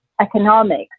economics